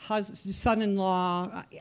son-in-law